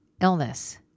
illness